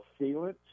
sealant